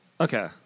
Okay